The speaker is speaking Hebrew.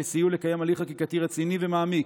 שסייעו לקיים הליך חקיקתי רציני ומעמיק,